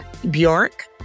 Bjork